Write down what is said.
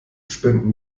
spenden